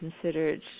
considered